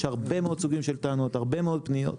יש הרבה מאוד סוגים של טענות, הרבה מאוד פניות.